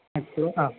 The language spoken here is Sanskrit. अस्तु हा